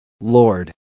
Lord